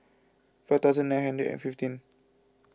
five thousand nine hundred and fifteen